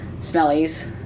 smellies